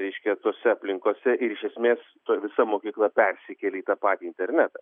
reiškia tose aplinkose ir iš esmės visa mokykla persikėlė į tą patį internetą